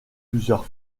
plusieurs